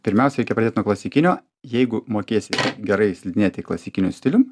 pirmiausia reikia pradėt nuo klasikinio jeigu mokėsi gerai slidinėti klasikiniu stilium